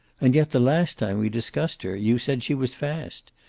and yet the last time we discussed her you said she was fast.